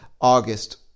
August